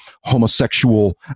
homosexual